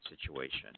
situation